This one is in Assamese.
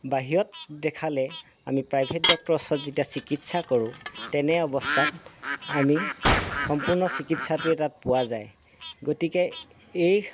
বাহিৰত দেখালে আমি প্ৰাইভেট ডক্টৰৰ ওচৰত যেতিয়া চিকিৎসা কৰোঁ তেনে অৱস্থাত আমি সম্পূৰ্ণ চিকিৎসাটোৱে তাত পোৱা যায় গতিকে এই